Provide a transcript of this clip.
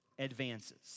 advances